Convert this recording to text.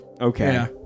Okay